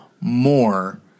more